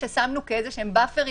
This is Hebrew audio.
ששמנו כאיזשהם באפרים,